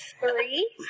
three